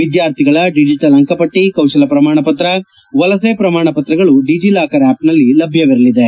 ವಿದ್ನಾರ್ಥಿಗಳ digital ಅಂಕಪಟ್ಟಿ ಕೌಶಲ ಪ್ರಮಾಣಪತ್ರ ವಲಸೆ ಪ್ರಮಾಣ ಪತ್ರಗಳು ಡಿಜೆಲಾಕರ್ ಆಪ್ನಲ್ಲಿ ಲಭ್ಯವಿರಲಿವೆ